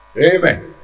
amen